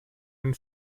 ein